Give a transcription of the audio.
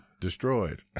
destroyed